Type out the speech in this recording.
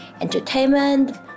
entertainment